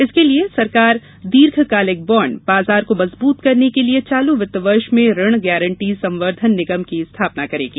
इसके लिए सरकार दीर्घ कालिक बॉन्ड बाजार को मजबूत करने के लिए चालू वित्त वर्ष में ऋण गारंटी संवर्धन निगम की स्थापना करेगी